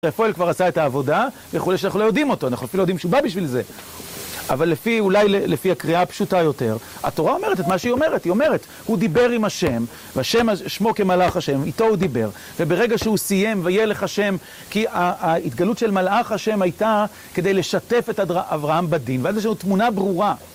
רפואל כבר עשה את העבודה, וכולי, שאנחנו לא יודעים אותו, אנחנו אפילו לא יודעים שהוא בא בשביל זה. אבל לפי, אולי לפי הקריאה הפשוטה יותר, התורה אומרת את מה שהיא אומרת. היא אומרת, הוא דיבר עם השם, והשמו כמלאך השם, איתו הוא דיבר. וברגע שהוא סיים, ויהיה לך שם, כי ההתגלות של מלאך השם הייתה כדי לשתף את אברהם בדין. ואז יש לו תמונה ברורה.